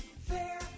fair